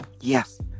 Yes